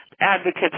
advocates